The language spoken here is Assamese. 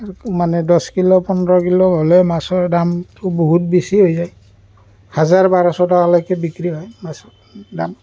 আৰু মানে দহ কিলো পোন্ধৰ কিলো হ'লে মাছৰ দামটো বহুত বেছি হৈ যায় হাজাৰ বাৰশ টকালৈকে বিক্ৰী হয় মাছৰ দাম